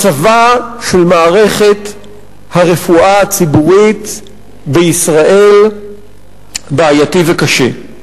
מצבה של מערכת הרפואה הציבורית בישראל בעייתי וקשה.